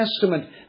Testament